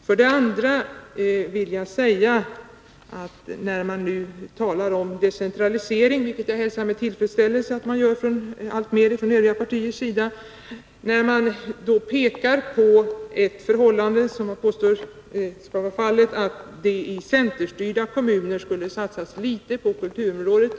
För det andra vill jag — när man nu talar om decentralisering, vilket jag hälsar med tillfredsställelse att man från övriga partier gör alltmer — ta upp vad som påstås vara fallet, att det i centerstyrda kommuner skulle satsas litet på kulturområdet.